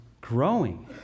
growing